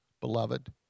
beloved